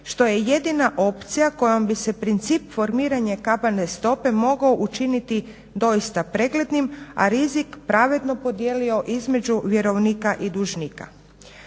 što je jedina opcija kojom bi se princip formiranje kamatne stope mogao učiniti doista preglednim, a rizik pravedno podijelio između vjerovnika i dužnika.